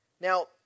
Now